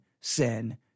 sin